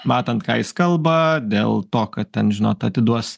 matant ką jis kalba dėl to kad ten žinot atiduos